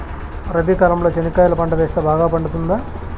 రబి కాలంలో చెనక్కాయలు పంట వేస్తే బాగా పండుతుందా?